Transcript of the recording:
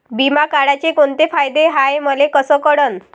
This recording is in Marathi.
बिमा काढाचे कोंते फायदे हाय मले कस कळन?